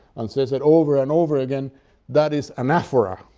and says it over and over again that is anaphora.